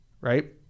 right